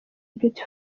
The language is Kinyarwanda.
beauty